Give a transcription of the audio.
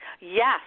Yes